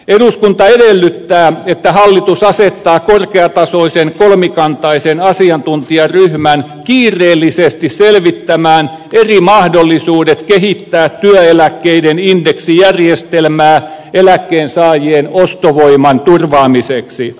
eduskunta edellyttää että hallitus asettaa korkeatasoisen kolmikantaisen asiantuntijaryhmän kiireellisesti selvittämään eri mahdollisuudet kehittää työeläkkeiden indeksijärjestelmää eläkkeensaajien ostovoiman turvaamiseksi